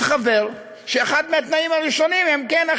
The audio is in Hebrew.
מתחוור שאחד מהתנאים הראשונים הוא כן,